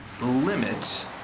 limit